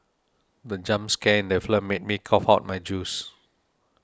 the jump scare in the film made me cough out my juice